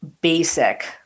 basic